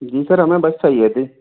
जी sir हमें bus चाहिए थी